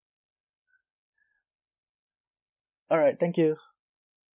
alright thank you